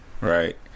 right